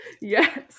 Yes